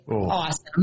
awesome